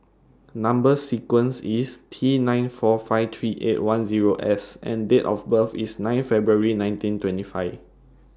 Number sequence IS T nine four five three eight one Zero S and Date of birth IS nine February nineteen twenty five